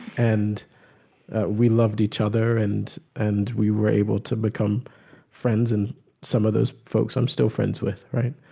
and we loved each other and and we were able to become friends and some of those folks i'm still friends with. right?